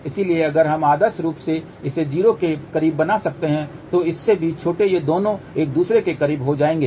इसलिए अगर हम आदर्श रूप से इसे 0 के करीब बना सकते हैं तो इससे भी छोटे ये दोनों एक दूसरे के करीब हो जाएंगे